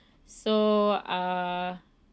so uh